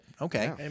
Okay